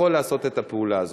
יכול לעשות את הפעולה הזאת.